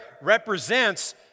represents